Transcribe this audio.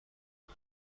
آیا